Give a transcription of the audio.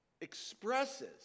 expresses